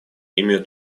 имеют